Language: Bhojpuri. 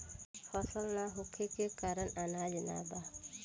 फसल ना होखले के कारण अनाज ना बा